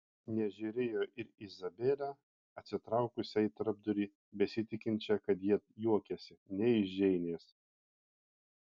nežiūrėjo ir į izabelę atsitraukusią į tarpdurį besitikinčią kad jie juokiasi ne iš džeinės